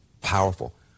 powerful